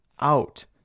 out